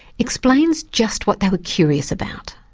explains just what they were curious about.